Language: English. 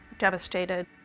devastated